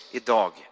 idag